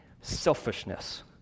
selfishness